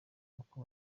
uko